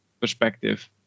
perspective